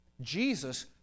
Jesus